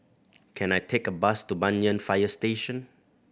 can I take a bus to Banyan Fire Station